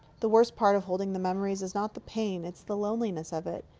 the worst part of holding the memories is not the pain. it's the loneliness of it.